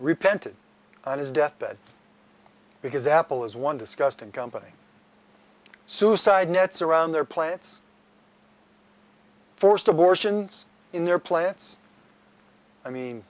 repented on his death bed because apple is one disgusting company suicide nets around their plants forced abortions in their plants i mean